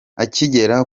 akigera